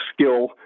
skill